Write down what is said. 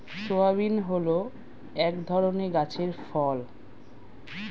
soybean হল এক ধরনের গাছের ফল